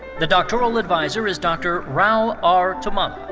the doctoral adviser is dr. rao r. tummala.